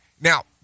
Now